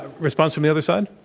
response from the other side?